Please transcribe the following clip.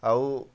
ଆଉ